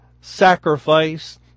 sacrifice